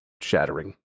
shattering